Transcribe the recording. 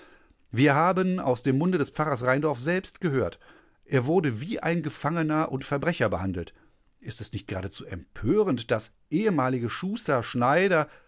wir haben aus dem munde des pfarrers rheindorf selbst gehört er wurde wie ein gefangener und verbrecher behandelt ist es nicht geradezu empörend daß ehemalige schuster schneider